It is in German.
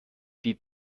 die